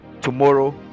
Tomorrow